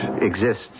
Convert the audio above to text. exists